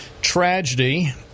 tragedy